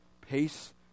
pace